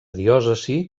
diòcesi